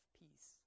peace